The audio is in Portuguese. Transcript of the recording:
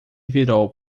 virou